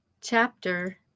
Chapter